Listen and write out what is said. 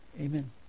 amen